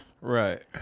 Right